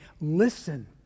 listen